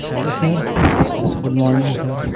hello sir good morning sir